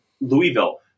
Louisville